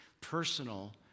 personal